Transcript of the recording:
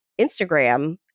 Instagram